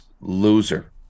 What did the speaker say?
loser